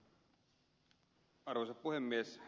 arvoisa puhemies